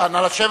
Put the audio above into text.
בבקשה, נא לשבת.